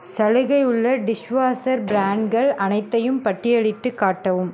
சலுகை உள்ள dish washer பிராண்ட்கள் அனைத்தையும் பட்டியலிட்டுக் காட்டவும்